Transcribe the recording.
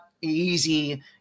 easy